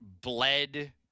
bled